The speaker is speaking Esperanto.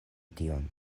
tion